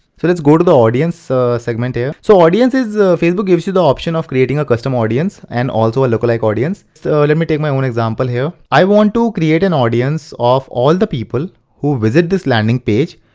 so let's go to the audience so segment here, so audience sis the facebook gives you the option of creating a custom audience and also a localized audience. so let me take my own example here. i want to create an audience, of all the people who visit this landing page,